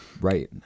Right